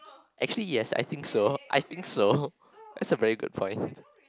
actually yes I think so I think so that's a very good point